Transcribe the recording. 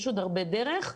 יש עוד הרבה דרך,